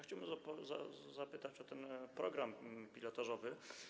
Chciałbym zapytać o ten program pilotażowy.